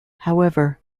however